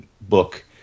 book